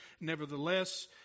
Nevertheless